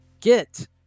get